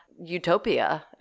utopia